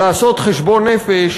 ולעשות חשבון-נפש